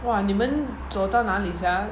!wah! 你们走到哪里 sia